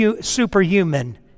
superhuman